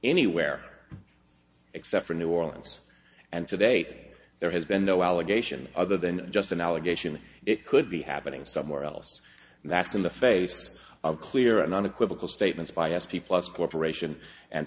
anywhere except for new orleans and to date there has been no allegation other than just an allegation it could be happening somewhere else and that's in the face of clear and unequivocal statements by s p plus corporation and